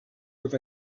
with